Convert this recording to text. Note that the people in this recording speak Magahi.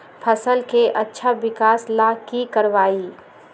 फसल के अच्छा विकास ला की करवाई?